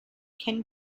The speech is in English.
can